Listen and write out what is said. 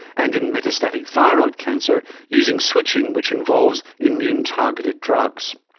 and in metastatic thyroid cancer using switching which involves immune targeted drugs.